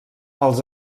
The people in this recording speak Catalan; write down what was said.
els